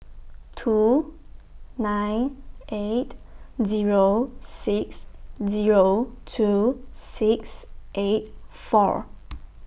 two nine eight Zero six Zero two six eight four